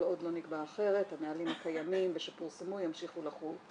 עוד לא נקבע אחרת הנהלים הקיימים ושפורסמו ימשיכו לחול.